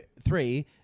three